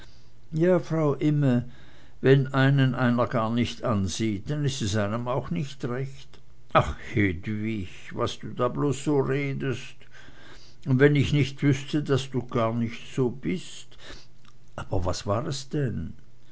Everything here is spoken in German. ja frau imme wenn einen einer gar nicht ansieht das is einem auch nicht recht ach hedwig was du da bloß so redst und wenn ich nich wüßte daß du gar nich so bist aber was war es denn